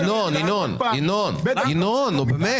ינון, נו, באמת.